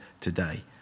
today